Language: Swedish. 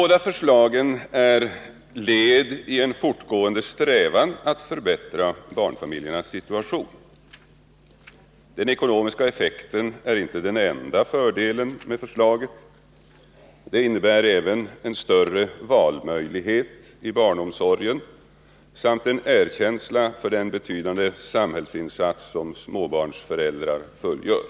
Båda förslagen är led i en fortgående strävan att förbättra barnfamiljernas situation. Den ekonomiska effekten är inte den enda fördelen med förslaget. Det innebär även en större valmöjlighet i barnomsorgen samt en erkänsla för den betydande samhällsinsats som småbarnsföräldrar fullgör.